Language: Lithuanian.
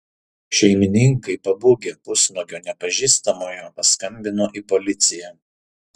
šeimininkai pabūgę pusnuogio nepažįstamojo paskambino į policiją